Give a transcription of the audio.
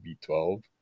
B12